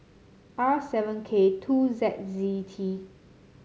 R seven K two Z Z T